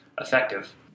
effective